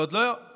ועוד לא התחלתם.